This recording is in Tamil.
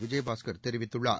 விஜயபாஸ்கர் தெரிவித்துள்ளார்